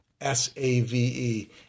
S-A-V-E